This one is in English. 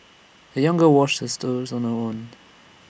the young girl washed sisters on her own